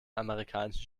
amerikanischen